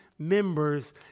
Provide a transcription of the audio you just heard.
members